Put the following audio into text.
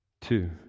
Two